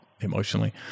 emotionally